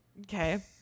okay